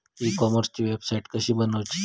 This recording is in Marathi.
ई कॉमर्सची वेबसाईट कशी बनवची?